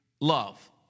love